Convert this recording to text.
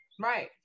Right